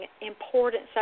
important